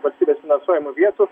valstybės finansuojamų vietų